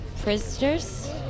Prisoners